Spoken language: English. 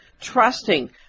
trusting